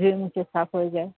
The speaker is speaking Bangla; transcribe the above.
ধুয়ে মুছে সাফ হয়ে যায়